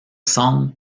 semble